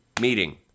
meeting